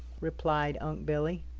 replied unc' billy.